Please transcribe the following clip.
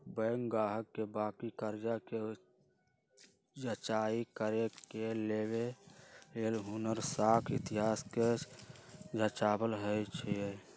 bank गाहक के बाकि कर्जा कें जचाई करे के लेल हुनकर साख इतिहास के जाचल जाइ छइ